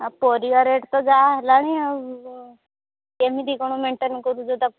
ଆଉ ପରିବା ରେଟ୍ ତ ଯାହା ହେଲାଣି ଆଉ କେମିତି କ'ଣ ମେଣ୍ଟେନ୍ କରୁଛୁ ତା'